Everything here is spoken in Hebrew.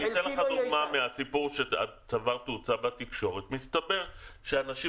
אני אתן לך דוגמה מהסיפור שצבר תאוצה בתקשורת: מסתבר שאנשים